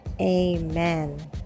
amen